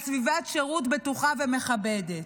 על סביבת שירות בטוחה ומכבדת.